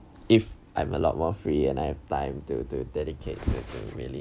if I'm allowed more free and I have time to to dedicate really